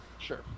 sure